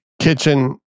Kitchen